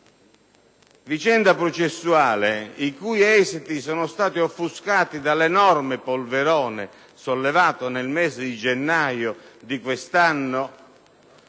di persone e i cui esiti sono stati offuscati dall'enorme polverone sollevato nel mese di gennaio di quest'anno